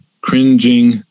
cringing